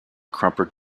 crumpled